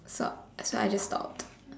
so so I just stopped